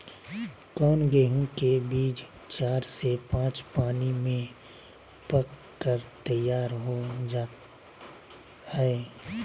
कौन गेंहू के बीज चार से पाँच पानी में पक कर तैयार हो जा हाय?